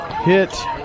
hit